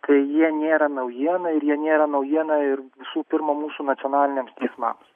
tai jie nėra naujiena ir jie nėra naujiena ir visų pirma mūsų nacionaliniams teismams